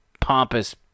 pompous